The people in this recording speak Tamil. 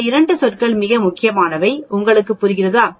இந்த 2 சொற்கள் மிக மிக முக்கியமானவை உங்களுக்கு புரிகிறதா